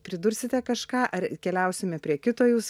pridursite kažką ar keliausime prie kito jūs